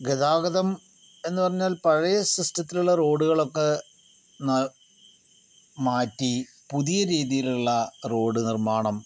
ഗതാഗതം എന്ന് പറഞ്ഞാൽ പഴയ സിസ്റ്റത്തിലുള്ള റോഡുകളൊക്കെ മാറ്റി പുതിയ രീതിയിലുള്ള റോഡ് നിർമ്മാണം